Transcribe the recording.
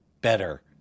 better